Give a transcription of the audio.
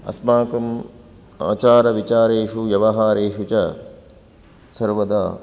अस्माकम् आचारविचारेषु व्यवहारेषु च सर्वदा